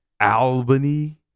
Albany